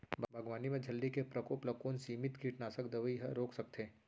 बागवानी म इल्ली के प्रकोप ल कोन सीमित कीटनाशक दवई ह रोक सकथे?